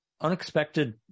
unexpected